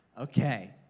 Okay